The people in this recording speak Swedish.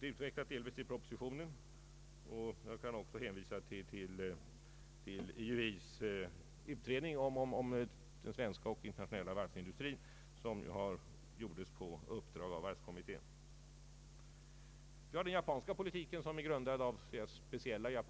Det utvecklas delvis i propositionen, och jag kan också hänvisa till JUI:s utredning om den svenska och internationella varvsindustrin, en utredning som gjordes på uppdrag av varvskommittén. Vi har den japanska politiken som är grundad på Japans speciella